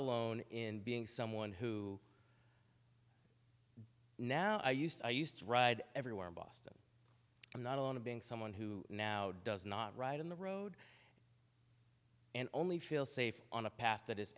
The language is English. alone in being someone who now i used i used to ride everywhere in boston i'm not on to being someone who now does not ride in the road and only feel safe on a path that is